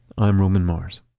i'm roman mars